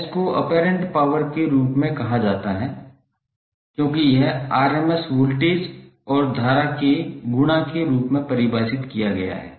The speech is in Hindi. एस को ऑपेरेंट पावर के रूप में कहा जाता है क्योंकि यह आरएमएस वोल्टेज और धारा के उत्पाद के रूप में परिभाषित किया गया है